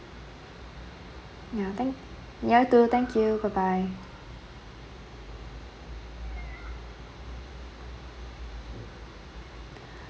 ya thank you too thank you bye bye